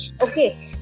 Okay